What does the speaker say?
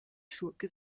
schurke